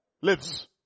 lives